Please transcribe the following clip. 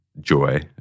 joy